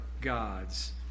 God's